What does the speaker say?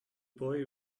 boy